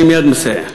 אני מייד מסיים.